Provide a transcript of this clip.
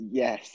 yes